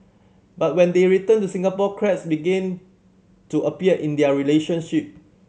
but when they returned to Singapore cracks began to appear in their relationship